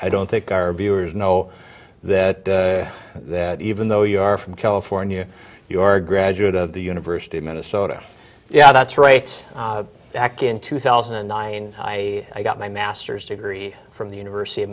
i don't think our viewers know that that even though you are from california your graduate of the university of minnesota yeah that's right back in two thousand and nine i got my master's degree from the university of